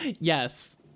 Yes